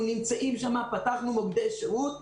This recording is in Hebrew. פתחנו מוקדי שירות.